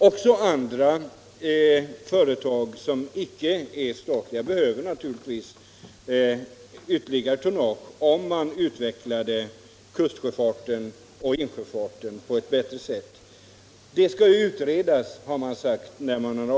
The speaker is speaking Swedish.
Även icke statliga företag skulle naturligtvis behöva ytterligare tonnage, om man utvecklade kustsjöfarten och insjöfarten. Detta skall utredas, skriver utskottet, och avstyrker våra motioner.